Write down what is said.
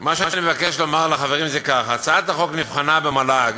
מה שאני מבקש לומר לחברים זה כך: הצעת החוק נבחנה במל"ג,